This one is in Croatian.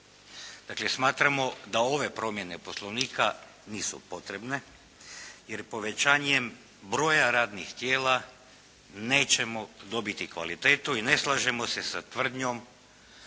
Dakle, smatramo da ove promjene Poslovnika nisu potrebne, jer povećanjem broja radnih tijela nećemo dobiti kvalitetu i ne slažemo se sa tvrdnjom